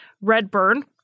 Redburn